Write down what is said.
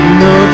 no